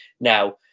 Now